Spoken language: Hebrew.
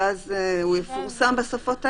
ואז הוא יפורסם בשפות האלה,